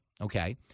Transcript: okay